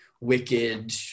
wicked